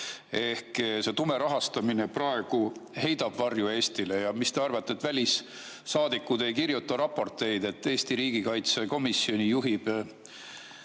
Ehk see tume rahastamine heidab praegu varju Eestile. Mis te arvate, et välissaadikud ei kirjuta raporteid, et Eesti riigikaitsekomisjoni juhib